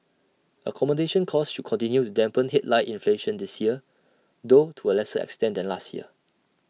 accommodation costs should continue to dampen headline inflation this year though to A lesser extent than last year